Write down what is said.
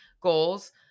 goals